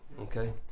okay